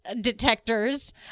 detectors